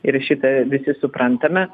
ir šitą visi suprantame